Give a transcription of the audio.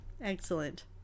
excellent